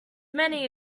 many